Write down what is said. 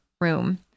room